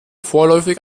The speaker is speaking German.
vorläufig